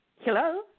Hello